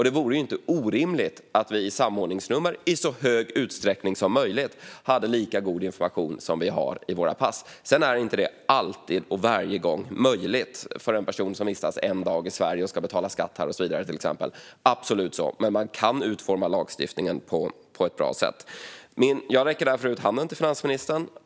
Det vore inte orimligt att vi i samordningsnumren i så stor utsträckning som möjligt hade lika god information som vi har i våra pass. Detta är inte alltid eller varje gång möjligt för en person som vistas en dag i Sverige och ska betala skatt och så vidare här, absolut inte, men man kan utforma lagstiftningen på ett bra sätt. Jag räcker därför ut en hand till finansministern.